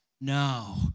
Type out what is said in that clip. No